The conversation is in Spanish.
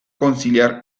conciliar